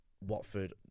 Watford